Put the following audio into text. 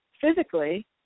physically